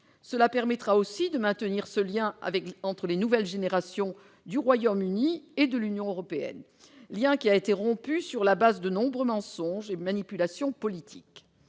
Cela permettrait aussi de restaurer le lien entre les nouvelles générations du Royaume-Uni et de l'Union européenne, lien qui a été rompu sur la base de nombreux mensonges et manipulations politiques.